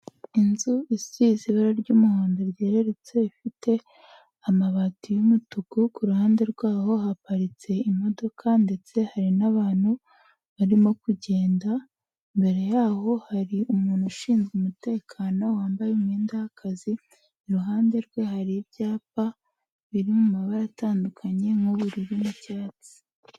Inzu isize ibara ry'umuhondo ryererutse ifite amabati y'umutuku, kuruhande rwaho haparitse imodoka ndetse hari n'abantu barimo kugenda, mbere y'aho hari umuntu ushinzwe umutekano wambaye imyenda y'akazi, iruhande rwe hari ibyapa biri mu mabara atandukanye nk'ubururu n'icyatsi.